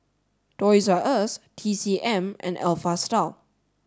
toys R Us T C M and Alpha Style